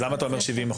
למה אתה אומר 70%?